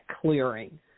clearing